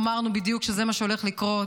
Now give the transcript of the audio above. אמרנו שזה בדיוק מה שהולך לקרות.